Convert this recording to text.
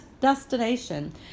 destination